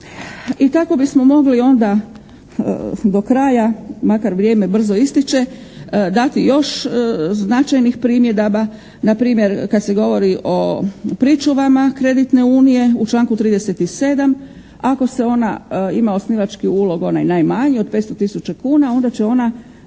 I tako bismo mogli onda do kraja makar vrijeme brzo ističe dati još značajnih primjedaba. Na primjer, kada se govori o pričuvama kreditne unije u članku 37. ako se ona ima osnivački ulog onaj najmanji od 500 tisuća kuna onda će ona